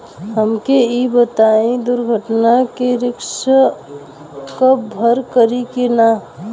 हमके ई बताईं दुर्घटना में रिस्क कभर करी कि ना?